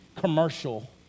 commercial